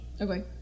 Okay